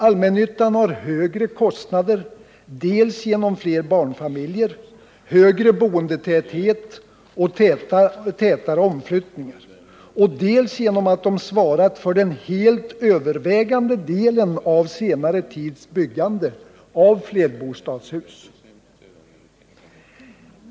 Allmännyttan har högre kostnader dels genom flera barnfamiljer, högre boendetäthet och tätare omflyttningar, dels genom att allmännyttan svarat för den helt övervägande delen av senare tids byggande av flerbostadshus.